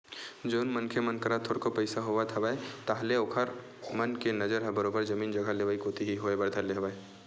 जउन मनखे मन करा थोरको पइसा होवत हवय ताहले ओखर मन के नजर ह बरोबर जमीन जघा लेवई कोती ही होय बर धर ले हवय